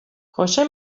jose